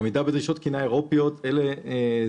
עמידה בדרישות תקינה אירופאיות זה